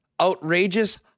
outrageous